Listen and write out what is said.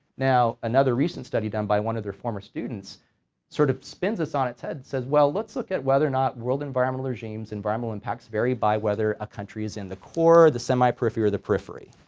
now another recent study done by one of their former students sort of spins this on its head and says, well let's look at whether or not world environmental regimes environmental impacts vary by whether a country is in the core, the semi periphery, or the periphery,